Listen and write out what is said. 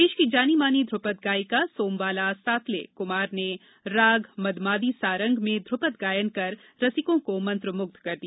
देश की जानी मानी ध्र्यपद गायिका सोमबाला सातले कुमार ने राग मदमादी सारंग में ध्र्यपद गायन कर रसिकों को मंत्रमुध कर दिया